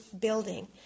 building